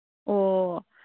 ꯑꯣ